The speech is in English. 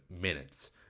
minutes